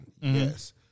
yes